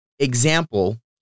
Example